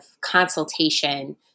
consultation